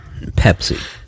Pepsi